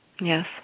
Yes